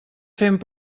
fent